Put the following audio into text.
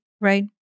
right